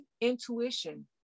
intuition